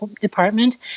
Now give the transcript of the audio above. department